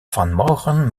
vanmorgen